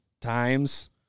times